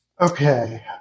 okay